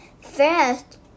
first